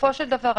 בסופו של דבר,